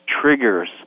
triggers